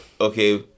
Okay